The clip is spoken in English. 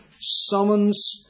Summons